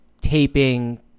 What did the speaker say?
taping